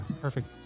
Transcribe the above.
Perfect